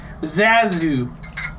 Zazu